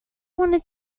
want